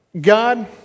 God